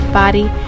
body